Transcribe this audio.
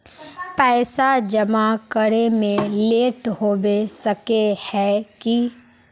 पैसा जमा करे में लेट होबे सके है की?